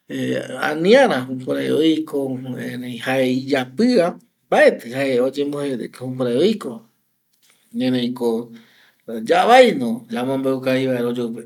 aniara jukurai oiko erei jae iyapia mabeti jae oyemboje deque jukurai oiko, erei ko yavai no yamombeu kavi vaera oyoupe